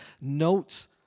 notes